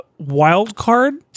Wildcard